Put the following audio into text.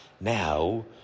Now